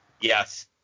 Yes